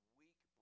weak